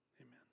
Amen